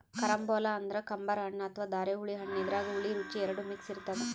carambola ಅಂದ್ರ ಕಂಬರ್ ಹಣ್ಣ್ ಅಥವಾ ಧಾರೆಹುಳಿ ಹಣ್ಣ್ ಇದ್ರಾಗ್ ಹುಳಿ ರುಚಿ ಎರಡು ಮಿಕ್ಸ್ ಇರ್ತದ್